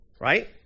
right